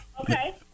okay